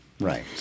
right